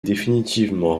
définitivement